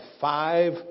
five